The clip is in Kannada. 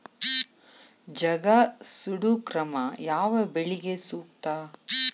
ಜಗಾ ಸುಡು ಕ್ರಮ ಯಾವ ಬೆಳಿಗೆ ಸೂಕ್ತ?